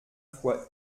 fois